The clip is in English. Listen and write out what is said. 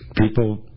people